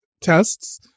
tests